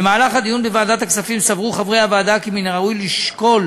במהלך הדיון בוועדת הכספים סברו חברי הוועדה כי מן הראוי לשקול